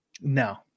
No